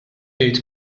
jgħid